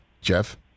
Jeff